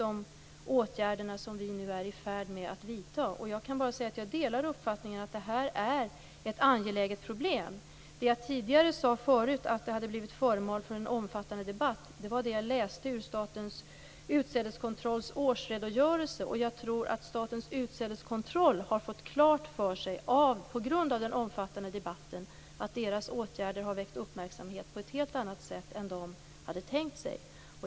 Det är precis de åtgärder vi nu är i färd med att vidta. Jag delar uppfattningen att detta är ett angeläget problem. Tidigare sade jag att det blivit föremål för en omfattande debatt, och det läste jag i Statens utsädeskontrolls årsredogörelse. Jag tror att de där, på grund av den omfattande debatten, fått klart för sig att deras åtgärder har väckt uppmärksamhet på ett helt annat sätt än de tänkt sig.